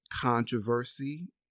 controversy